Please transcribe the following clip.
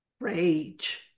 rage